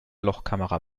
lochkamera